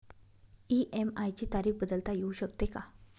EMI ची तारीख बदलता येऊ शकते का?